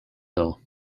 hill